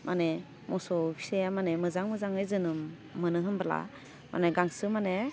माने मोसौ फिसाया माने मोजां मोजाङै जोनोम मोनो होमबोला माने गांसो माने